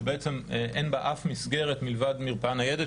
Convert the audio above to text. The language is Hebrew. שאין בה אף מסגרת מלבד מרפאה ניידת,